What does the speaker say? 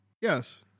Yes